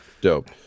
Dope